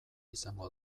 izango